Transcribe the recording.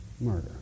murder